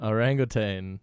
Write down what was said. Orangutan